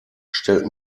stellt